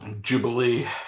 Jubilee